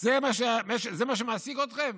זה מה שמעסיק אתכם?